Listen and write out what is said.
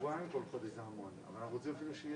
איפה ביטן?